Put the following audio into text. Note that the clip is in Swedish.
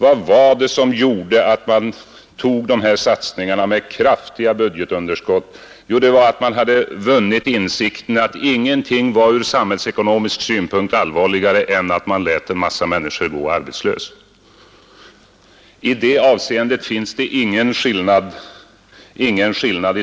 Vad var det som gjorde att man företog dessa satsningar som ledde till kraftiga budgetunderskott? Jo, man hade vunnit insikt om att ingenting var allvarligare ur samhällsekonomisk synpunkt än att låta en mängd människor gå arbetslösa. I det avseendet finns det ingen skillnad i dag.